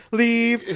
leave